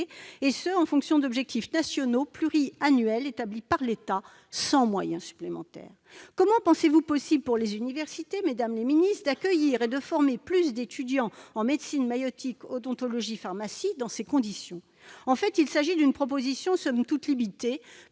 en fonction d'objectifs nationaux pluriannuels établis par l'État et sans moyens supplémentaires. Comment pensez-vous, mesdames les ministres, que les universités pourront accueillir et former plus d'étudiants en médecine, maïeutique, odontologie et pharmacie dans ces conditions ? En fait, il s'agit d'une proposition somme toute limitée,